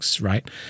right